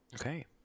Okay